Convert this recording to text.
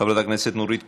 חברת הכנסת נורית קורן,